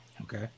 Okay